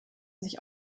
sich